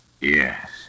Yes